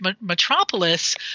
metropolis